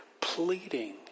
pleading